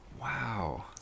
wow